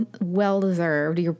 well-deserved